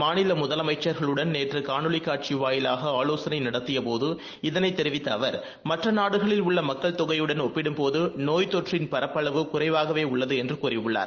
மாநிலமுதலமைச்சர்களுடன் நேற்றுகாணொலிகாட்சிவாயிலாகஆலோசனைநடத்தியபோது உள்ளமக்கள் இதனைதெரிவித்தஅவர் மற்றநாடுகளில் தொகையுடன் ஒப்பிடும் போதுநோய்த்தொற்றின் பரப்பளவு குறைவாகவேஉள்ளதுஎன்றுகூறியுள்ளார்